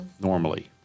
normally